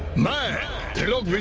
my lord